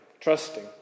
trusting